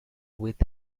with